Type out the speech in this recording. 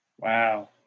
Wow